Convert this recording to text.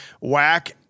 whack